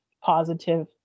positive